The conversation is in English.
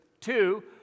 Two